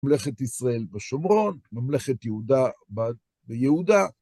ממלכת ישראל ושומרון, ממלכת יהודה ויהודה.